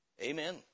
Amen